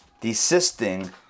desisting